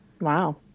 Wow